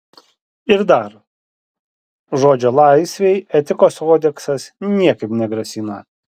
ir dar žodžio laisvei etikos kodeksas niekaip negrasina